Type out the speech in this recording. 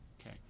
Okay